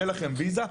יהיה לכם ויזה.